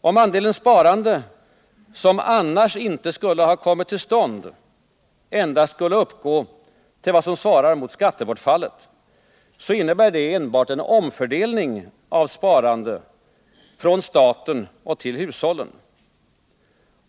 Om andelen sparande som annars inte skulle ha kommit till stånd endast skulle uppgå till vad som svarar mot skattebortfallet, innebär det enbart en omfördelning av sparande från staten och till hushållen.